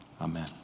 Amen